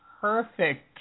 perfect